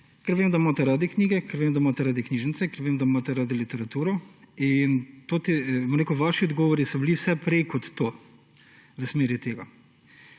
Vem, da imate radi knjige, vem, da imate radi knjižnice, vem, da imate radi literaturo, in ti vaši odgovori so bili vse prej kot v smeri tega.